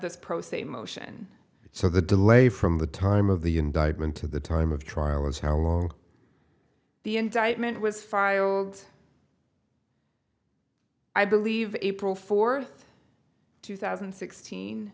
this pro se motion so the delay from the time of the indictment to the time of trial is how long the indictment was filed i believe april fourth two thousand and sixteen